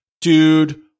dude